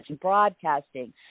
broadcasting